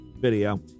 video